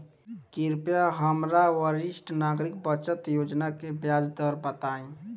कृपया हमरा वरिष्ठ नागरिक बचत योजना के ब्याज दर बताई